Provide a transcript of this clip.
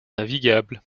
navigable